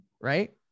right